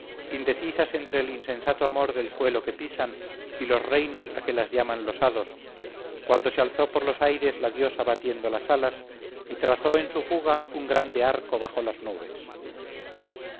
indecisas entre el insensato amor del suelo que pisan y los reinos a que las llaman los hados cuando se alzó por los aires la diosa batiendo las alas y trazó en su fuga un grande arco bajo las nubes